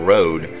Road